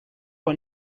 for